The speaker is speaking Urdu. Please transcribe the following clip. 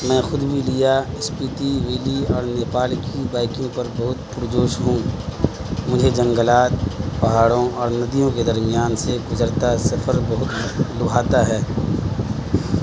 میں خود بھی لیہہ اسپتی ویلی اور نیپال کی بائکنگ پر بہت پرجوش ہوں مجھے جنگلات پہاڑوں اور ندیوں کے درمیان سے گزرتا سفر بہت لبھاتا ہے